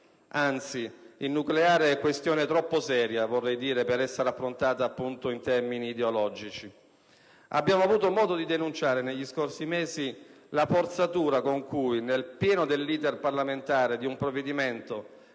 che il nucleare è questione troppo seria per essere affrontata in termini ideologici. Abbiamo avuto modo di denunciare, negli scorsi mesi, la forzatura con cui, nel pieno dell'*iter* parlamentare di un provvedimento